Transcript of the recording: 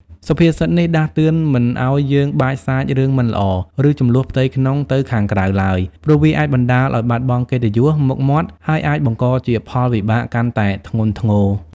សុភាសិតនេះដាស់តឿនមិនឱ្យយើងបាចសាចរឿងមិនល្អ ឬជម្លោះផ្ទៃក្នុងទៅខាងក្រៅឡើយ ព្រោះវាអាចបណ្ដាលឱ្យបាត់បង់កិត្តិយស មុខមាត់ ហើយអាចបង្កជាផលវិបាកកាន់តែធ្ងន់ធ្ងរ។